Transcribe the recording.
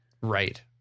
right